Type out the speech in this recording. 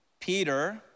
Peter